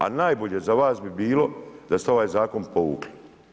A najbolje za vas bi bilo da ste ovaj zakon povukli.